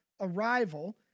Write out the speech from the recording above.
arrival